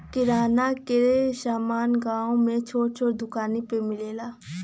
किराना क समान गांव में छोट छोट दुकानी पे मिलेला